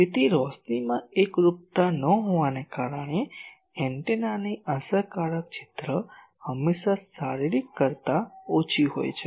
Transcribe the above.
તેથી રોશનીમાં એકરૂપતા ન હોવાને કારણે એન્ટેનાની અસરકારક છિદ્ર હંમેશા શારીરિક કરતા ઓછી હોય છે